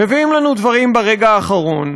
מביאים לנו דברים ברגע האחרון,